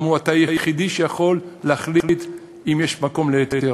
ואמרו: אתה היחידי שיכול להחליט אם יש מקום להיתר.